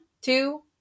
two